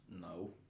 No